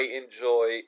enjoy